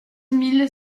mille